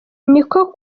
niko